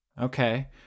Okay